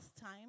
time